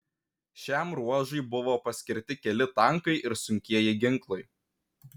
šiam ruožui buvo paskirti keli tankai ir sunkieji ginklai